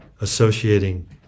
associating